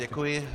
Děkuji.